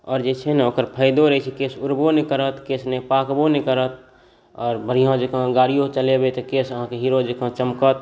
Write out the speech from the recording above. आओर जे छै ने ओकर फाइदो अछि केश उड़बो नहि करत केश पाकबो नहि करत आओर बढ़िआँ जकाँ गाड़िओ चलेबै तऽ केश अहाँके हीरो जकाँ चमकत